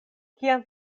kiam